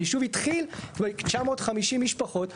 אם הישוב התחיל 950 איש פחות,